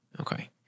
Okay